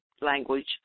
language